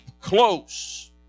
close